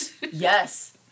Yes